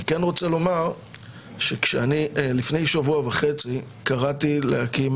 אני כן רוצה לומר שלפני שבוע וחצי קראתי להקים